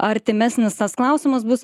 artimesnis tas klausimas bus